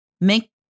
make